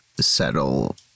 settle